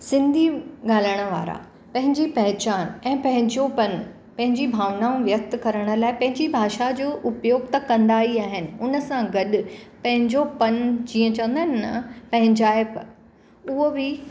सिंधी ॻाल्हाइण वारा पंहिंजी पहिचान ऐं पंहिंजोपन पंहिंजी भावनाऊं व्यक्त करण लाइ पंहिंजी भाषा जो उपयोग त कंदा ई आहिनि हुन सां गॾु पंहिंजोपन जीअं चवंदा आहिनि न पंहिंजाइप उहो बि